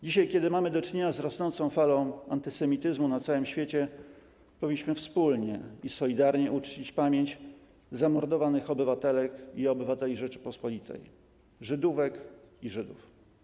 Dzisiaj, kiedy mamy do czynienia z rosnącą falą antysemityzmu na całym świecie, powinniśmy wspólnie i solidarnie uczcić pamięć zamordowanych obywatelek i obywateli Rzeczypospolitej - Żydówek i Żydów.